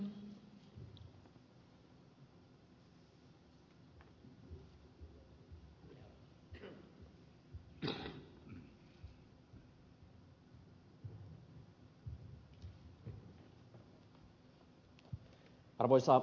arvoisa puhemies